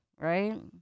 right